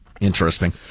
Interesting